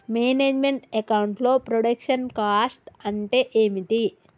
Manage meant account లో production cost అంటే ఏమిటి?